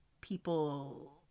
people